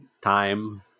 time